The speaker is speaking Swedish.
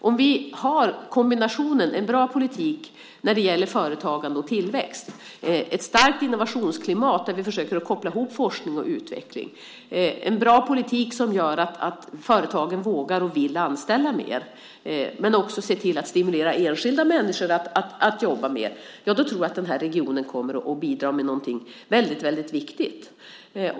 Om vi har en kombination av en bra politik när det gäller företagande och tillväxt, ett starkt innovationsklimat där vi försöker koppla ihop forskning och utveckling, en bra politik som gör att företagen vågar och vill anställa mer, men också ser till att stimulera enskilda människor att jobba mer, då tror jag att denna region kommer att bidra med någonting väldigt viktigt.